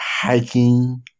hiking